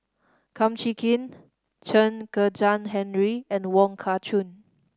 Kum Chee Kin Chen Kezhan Henri and Wong Kah Chun